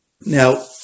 Now